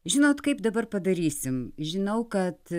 žinot kaip dabar padarysim žinau kad